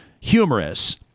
humorous